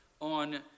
on